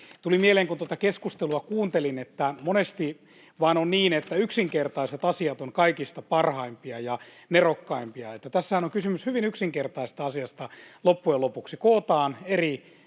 Tuli mieleen, kun tuota keskustelua kuuntelin, että monesti vain on niin, että yksinkertaiset asiat ovat kaikista parhaimpia ja nerokkaimpia. Tässähän on kysymys hyvin yksinkertaisesta asiasta loppujen lopuksi — kootaan eri